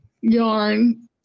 Yarn